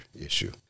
issue